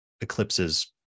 eclipses